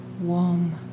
warm